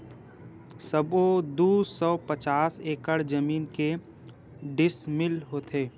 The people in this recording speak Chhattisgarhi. सबो दू सौ पचास हेक्टेयर जमीन के डिसमिल होथे?